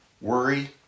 worry